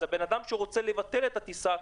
אז האדם שרוצה לבטל את הטיסה,